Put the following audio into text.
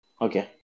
Okay